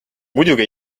muidugi